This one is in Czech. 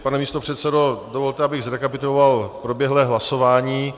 Pane místopředsedo, dovolte, abych zrekapituloval proběhlé hlasování.